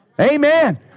Amen